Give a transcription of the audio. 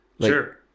Sure